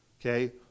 Okay